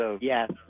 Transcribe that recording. Yes